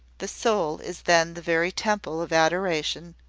the soul is then the very temple of adoration,